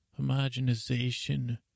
homogenization